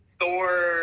Thor